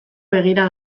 begira